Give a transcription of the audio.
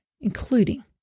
including